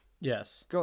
Yes